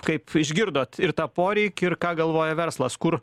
kaip išgirdot ir tą poreikį ir ką galvoja verslas kur